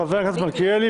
חבר הכנסת מלכיאלי,